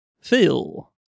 Phil